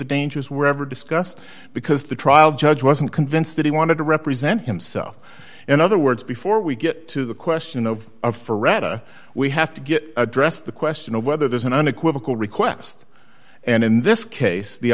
the dangers were ever discussed because the trial judge wasn't convinced that he wanted to represent himself in other words before we get to the question of ferrata we have to get addressed the question of whether there's an unequivocal request and in this case the